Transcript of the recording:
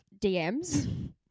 DMs